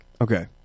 Okay